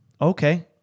okay